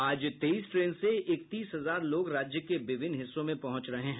आज तेईस ट्रेन से इकतीस हजार लोग राज्य के विभिन्न हिस्सों में पहुंच रहे हैं